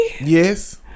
Yes